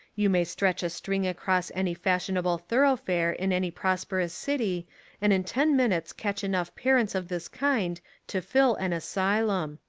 you may stretch a string across any fashionable thoroughfare in any prosperous city and in ten minutes catch enough parents of this kind to fill an asylum.